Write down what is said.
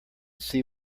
see